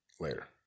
later